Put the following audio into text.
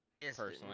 personally